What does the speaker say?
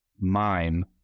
mime